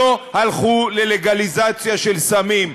לא הלכו ללגליזציה של סמים.